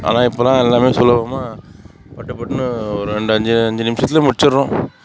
ஆனால் இப்போலாம் எல்லாம் சுலபமாக பட்டு பட்டுன்னு ரெண்டு அஞ்சு அஞ்சு நிமிஷத்தில் முடிச்சுடுறோம்